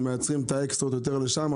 אנחנו מייצאים את האקסטרות יותר לשם,